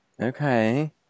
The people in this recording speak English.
okay